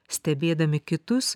stebėdami kitus